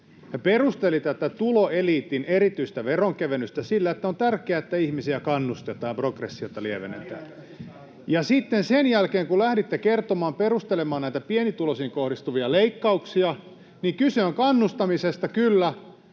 perusteli tätä tuloeliitin erityistä veronkevennystä sillä, että on tärkeää, että ihmisiä kannustetaan, progressiota lievennetään. [Ben Zyskowicz: Se oli väliaikaiseksi tarkoitettu vero!] Ja sitten sen jälkeen, kun lähditte kertomaan, perustelemaan näitä pienituloisiin kohdistuvia leikkauksia, kyse on kannustamisesta, kyllä,